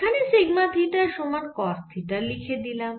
এখানে sigma theta সমান cos theta লিখে দিলাম